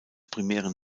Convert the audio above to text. primären